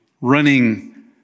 running